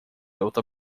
outra